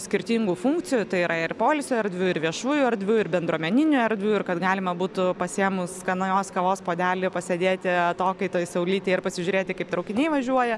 skirtingų funkcijų tai yra ir poilsio erdvių ir viešųjų erdvių ir bendruomeninių erdvių ir kad galima būtų pasiėmus skanios kavos puodelį pasėdėti atokaitoj saulytėj ir pasižiūrėti kaip traukiniai važiuoja